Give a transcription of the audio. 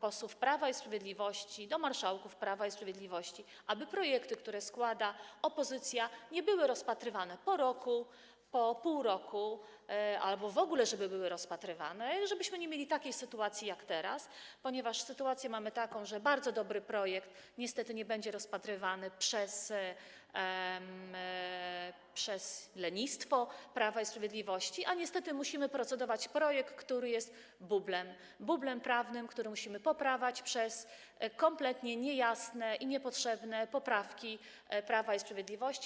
posłów Prawa i Sprawiedliwości, do marszałków Prawa i Sprawiedliwości, aby projekty, które składa opozycja, nie były rozpatrywane po roku, po pół roku albo w ogóle - żeby były rozpatrywane, żebyśmy nie mieli takiej sytuacji jak teraz, ponieważ mamy taką sytuację, że bardzo dobry projekt niestety nie będzie rozpatrywany przez lenistwo Prawa i Sprawiedliwości, a musimy procedować projekt, który jest bublem prawnym, który musimy poprawiać, przez kompletnie niejasne i niepotrzebne poprawki Prawa i Sprawiedliwości.